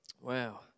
Wow